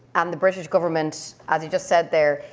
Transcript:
and the british government, as you just said there,